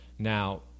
Now